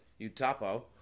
Utapo